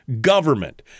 government